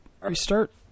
restart